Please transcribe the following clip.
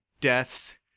Death